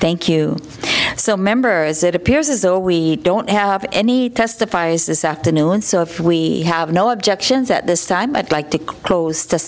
thank you so members it appears as though we don't have any testifies this afternoon so if we have no objections at this time i'd like to close to